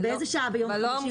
ובאיזו שעה זה הועבר ביום חמישי?